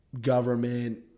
government